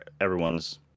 everyone's